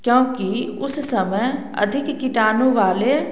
क्योंकि उस समय अधिक कीटाणु वाले